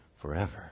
forever